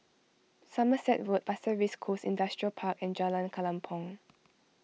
Somerset Road Pasir Ris Coast Industrial Park and Jalan Kelempong